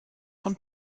von